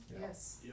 Yes